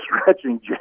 stretching